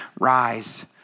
Rise